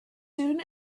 soon